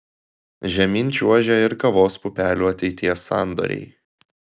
žemyn čiuožia ir kavos pupelių ateities sandoriai